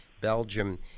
Belgium